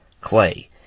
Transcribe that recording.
clay